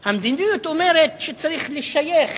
מדיניות, המדיניות אומרת שצריך לשייך